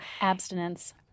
Abstinence